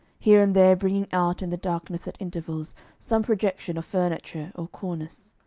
here and there bringing out in the darkness at intervals some projection of furniture or cornice.